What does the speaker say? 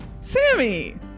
Sammy